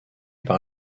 par